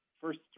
first